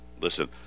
Listen